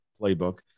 playbook